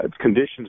conditions